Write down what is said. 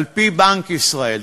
על-פי בנק ישראל.